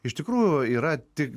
iš tikrųjų yra tik